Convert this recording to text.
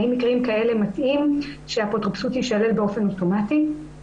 האם מקרים כאלה מתאים שהאפוטרופסות תישלל באופן אוטומטי?